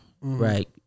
right